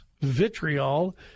vitriol